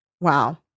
Wow